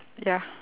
ya